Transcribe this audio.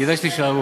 כדאי שתישארו.